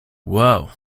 wow